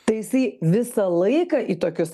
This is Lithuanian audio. tai jisai visą laiką į tokius